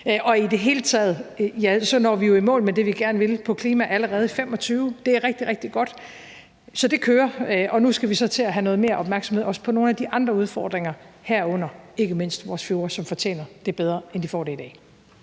I det hele taget når vi jo i mål med det, vi gerne vil på klimaområdet, allerede i 2025. Det er rigtig, rigtig godt. Så det kører, og nu skal vi så også til at have noget mere opmærksomhed på nogle af de andre udfordringer, herunder ikke mindst vores fjorde, som fortjener bedre end det, de får i dag.